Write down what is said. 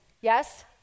yes